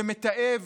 שמתעב